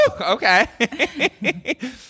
Okay